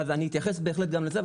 אז אני אתייחס בהחלט גם לזה,